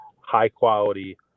high-quality